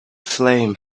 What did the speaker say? flame